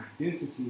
identity